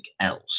else